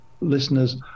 listeners